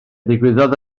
ddigwyddodd